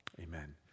amen